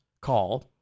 call